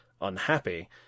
unhappy